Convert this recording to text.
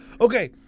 okay